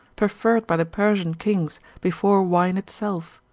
preferred by the persian kings, before wine itself.